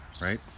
right